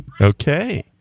Okay